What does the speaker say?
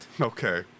Okay